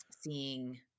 seeing